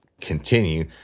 continue